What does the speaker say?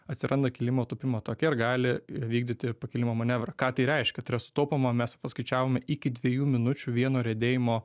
atsiranda kilimo tūpimo take ir gali vykdyti pakilimo manevrą ką tai reiškia tai yra sutaupoma mes paskaičiavome iki dviejų minučių vieno riedėjimo